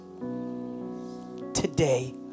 Today